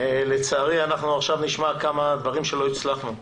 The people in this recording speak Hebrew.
לצערי אנחנו עכשיו נשמע כמה דברים שלא הצלחנו בהם.